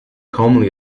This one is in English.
commonly